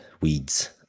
weeds